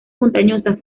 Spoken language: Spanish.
montañosas